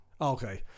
okay